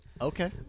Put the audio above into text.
Okay